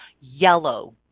yellow